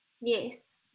Yes